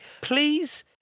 please